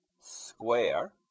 square